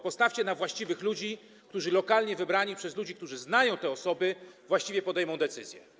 Postawcie na właściwych ludzi, lokalnie wybranych przez ludzi, którzy znają te osoby i właściwie podejmą decyzję.